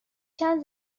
چندین